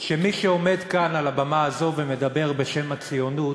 שמי שעומד כאן על הבמה הזו ומדבר בשם הציונות,